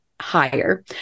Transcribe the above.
higher